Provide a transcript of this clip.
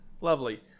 Lovely